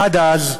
עד אז,